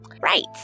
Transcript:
Right